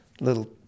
little